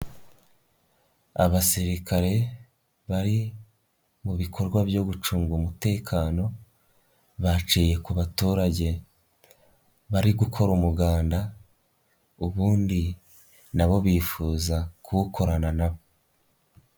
Abasirikare bari mu bikorwa byo gucunga umutekano baciye ku baturage bari gukora umuganda ubundi na bo bifuza kuwukorana na bo.